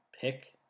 pick